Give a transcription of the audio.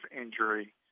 injury